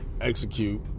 execute